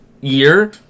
year